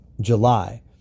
July